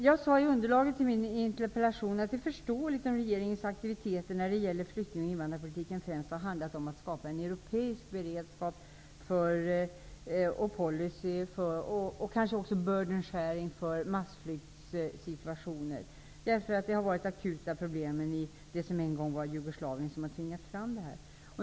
Jag skrev i min interpellation att det är förståeligt om regeringens aktiviteter när det gäller flyktingoch invandrarpolitiken främst har handlat om att skapa en europeisk beredskap, policy och kanske också ''burden sharing'' för massflyktssituationer, eftersom de akuta problemen i det som en gång var Jugoslavien har tvingat fram det.